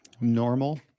normal